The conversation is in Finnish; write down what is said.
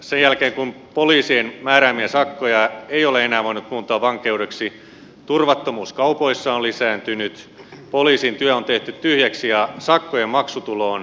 sen jälkeen kun poliisin määräämiä sakkoja ei ole enää voinut muuntaa vankeudeksi turvattomuus kaupoissa on lisääntynyt poliisin työ on tehty tyhjäksi ja sakkojen maksutulo on romahtanut